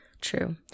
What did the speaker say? true